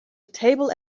table